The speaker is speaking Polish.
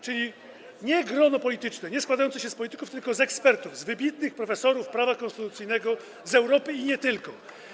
Czyli nie grono polityczne, nie składające się z polityków, tylko z ekspertów, z wybitnych profesorów prawa konstytucyjnego z Europy i nie tylko.